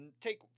Take